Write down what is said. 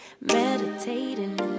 meditating